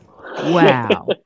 wow